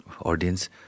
audience